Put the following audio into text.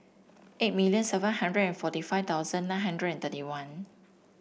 eight million seven hundred and forty five thousand nine hundred and thirty one